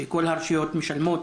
שכל הרשויות משלמות